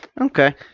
okay